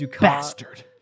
Bastard